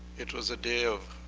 it was a day of